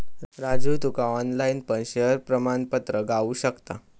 राजू तुका ऑनलाईन पण शेयर प्रमाणपत्र गावु शकता